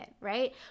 right